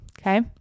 Okay